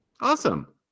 Awesome